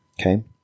okay